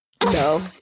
No